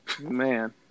Man